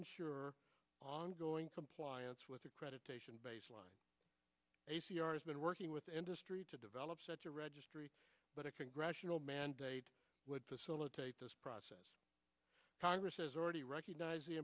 ensure ongoing compliance with accreditation baseline a c r has been working with the industry to develop such a registry but a congressional mandate would facilitate this process congress has already recognized the